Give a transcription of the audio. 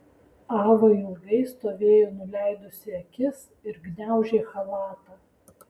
ava ilgai stovėjo nuleidusi akis ir gniaužė chalatą